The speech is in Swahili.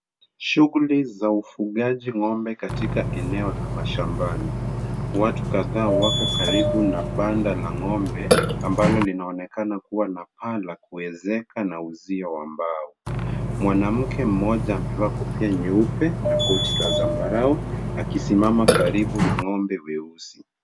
Shughuli za ufugaji ng'ombe katika eneo la mashambani. Watu kadhaa wako karibu na banda la ng'ombe ambalo linaonekana kuwa na paa la kuezeka na uzio wa mbao. Mwanamke mmoja amevaa kofia nyeupe na koti la zambarau akisimama karibu na ng'ombe weusi.